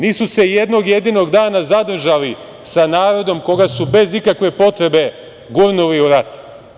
Nisu se jednog jedinog dana zadržali sa narodom koga su bez ikakve potrebe gurnuli u rat.